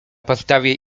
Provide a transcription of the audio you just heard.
podstawie